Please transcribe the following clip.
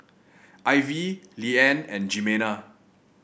Ivie Leeann and Jimena